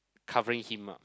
covering him up